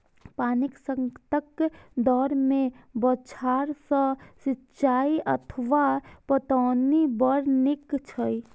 पानिक संकटक दौर मे बौछार सं सिंचाइ अथवा पटौनी बड़ नीक छै